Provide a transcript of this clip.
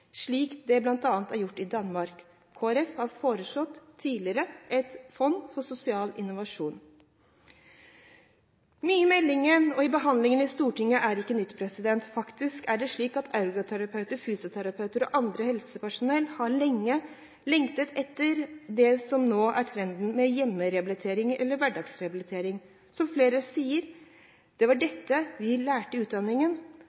slik det bl.a. er gjort i Danmark. Kristelig Folkeparti har tidligere foreslått et fond for sosial innovasjon. Mye i meldingen, og i behandlingen i Stortinget, er ikke nytt. Faktisk er det slik at ergoterapeuter, fysioterapeuter og annet helsepersonell lenge har lengtet etter det som nå er trenden – hjemmerehabilitering, eller hverdagsrehabilitering. Som flere sier: Det var dette vi lærte i utdanningen